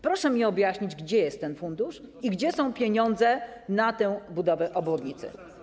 Proszę mi objaśnić, gdzie jest ten fundusz i gdzie są pieniądze na tę budowę obwodnicy.